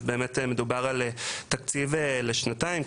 אז באמת מדובר על תקציב לשנתיים.